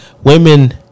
Women